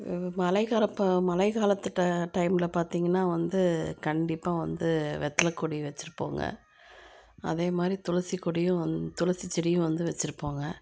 மழைக்காலப்போ மழைக்காலத்துட்ட டைம்மில் பார்த்திங்கன்னா வந்து கண்டிப்பாக வந்து வெத்தலைக்கொடி வச்சுருப்போங்க அதேமாதிரி துளசிக்கொடியும் வந்து துளசிச்செடியும் வந்து வச்சுருப்போங்க